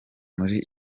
muri